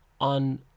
on